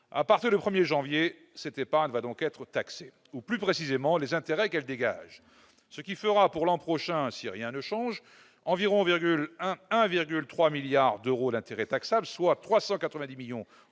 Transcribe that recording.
À partir du 1 janvier, cette épargne va donc être taxée, ou plus précisément les intérêts qu'elle dégage, ce qui fera, pour l'an prochain, si rien ne change, environ 1,3 milliard d'euros d'intérêts taxables, soit 390 millions d'euros